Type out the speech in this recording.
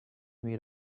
meet